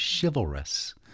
chivalrous